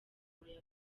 buri